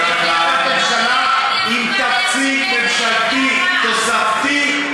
צריך להתחיל את השנה עם תקציב ממשלתי תוספתי,